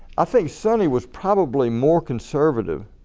i think sonny was probably more conservative